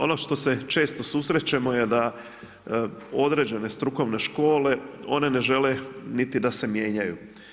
Ono što se često susrećemo je da određene strukovne škole one ne žele niti da se mijenjaju.